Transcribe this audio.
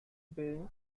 being